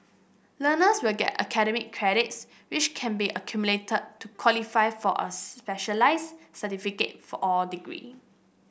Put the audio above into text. learners will get academic credits which can be accumulated to qualify for a specialist certificate for or degree